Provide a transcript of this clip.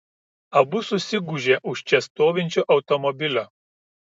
abu susigūžė už čia stovinčio automobilio